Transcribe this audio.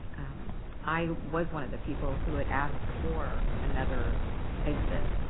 i was one of the people who had asked for another exit.